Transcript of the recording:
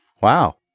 Wow